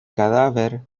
cadáver